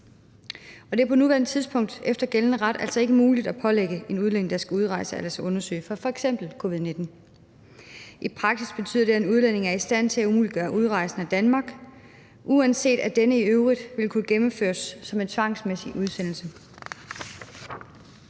Det er på nuværende tidspunkt efter gældende ret altså ikke muligt at pålægge en udlænding, der skal udrejse, at lade sig undersøge for f.eks. covid-19. I praksis betyder det, at en udlænding er i stand til at umuliggøre udrejsen af Danmark, uanset at denne i øvrigt vil kunne gennemføres som en tvangsmæssig udsendelse.